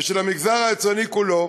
ושל המגזר היצרני כולו,